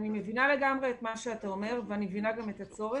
אני מבינה לגמרי את מה שאתה אומר ואני מבינה גם את הצורך.